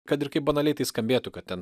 kad ir kaip banaliai tai skambėtų kad ten